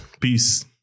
Peace